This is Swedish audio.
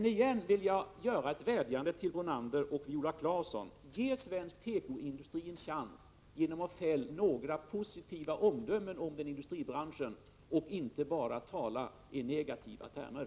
Jag vill gärna göra en vädjan till Brunander och Claesson: Ge svensk tekoindustri en chans genom att fälla några positiva omdömen om den industribranschen, inte bara tala i negativa termer!